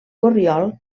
corriol